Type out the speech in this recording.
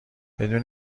بدون